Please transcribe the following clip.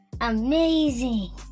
Amazing